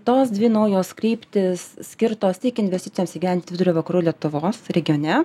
tos dvi naujos kryptys skirtos tiek investicijoms įgyvent vidurio vakarų lietuvos regione